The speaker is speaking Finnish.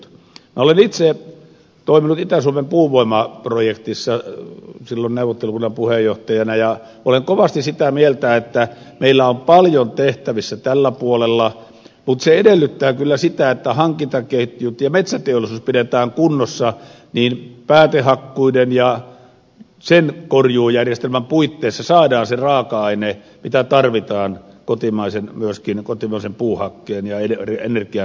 olen itse toiminut itä suomen puuvoimaprojektissa neuvottelukunnan puheenjohtajana ja olen kovasti sitä mieltä että meillä on paljon tehtävissä tällä puolella mutta se edellyttää kyllä sitä että hankintaketjut ja metsäteollisuus pidetään kunnossa niin että päätehakkuiden ja korjuujärjestelmän puitteissa saadaan se raaka aine mitä tarvitaan myöskin kotimaisen puuhakkeen ja energian käyttöön